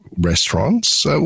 Restaurants